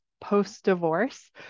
post-divorce